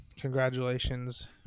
Congratulations